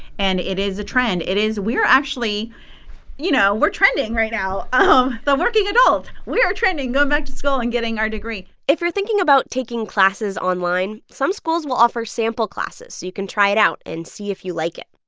and it is a trend. it is we're actually you know, we're trending right now. um the working adult, we are trending going to back to school and getting our degree if you're thinking about taking classes online, some schools will offer sample classes, so you can try it out and see if you like it